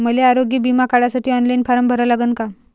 मले आरोग्य बिमा काढासाठी ऑनलाईन फारम भरा लागन का?